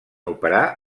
operar